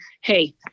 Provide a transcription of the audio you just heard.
Hey